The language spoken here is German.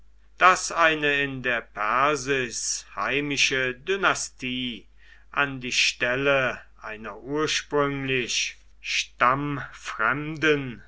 daß eine in der persis heimische dynastie an die stelle einer ursprünglich